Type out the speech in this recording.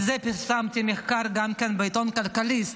על זה פרסמתי מחקר בעיתון כלכליסט,